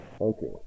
Okay